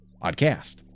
podcast